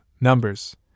numbers